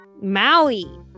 maui